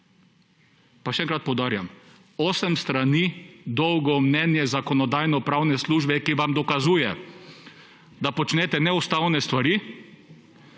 Pa še enkrat poudarjam, osem strani dolgo mnenje Zakonodajno-pravne službe, ki vam dokazuje, da počnete neustavne stvari,